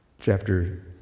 Chapter